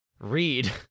read